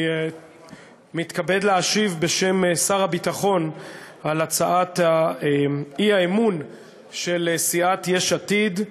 אני מתכבד להשיב בשם שר הביטחון על הצעת האי-אמון של סיעת יש עתיד.